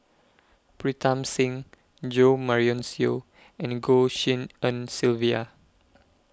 Pritam Singh Jo Marion Seow and Goh Tshin En Sylvia